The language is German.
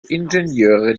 ingenieure